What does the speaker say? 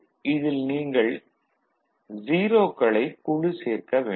D101112131415 அடுத்து இதில் நீங்கள் 0 க்களை குழுச் சேர்க்க வேண்டும்